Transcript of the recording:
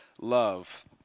love